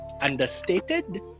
understated